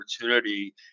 opportunity